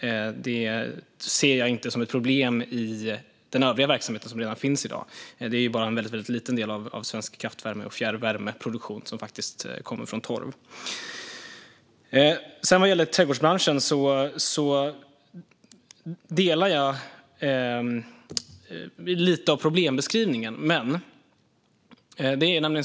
Jag ser det inte som ett problem i den övriga verksamheten i dag, utan det är bara en liten del av svensk kraftvärme och fjärrvärmeproduktion som kommer från torv. Vad gäller trädgårdsbranschen instämmer jag lite i problembeskrivningen.